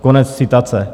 Konec citace.